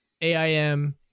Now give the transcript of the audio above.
AIM